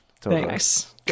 Thanks